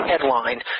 headline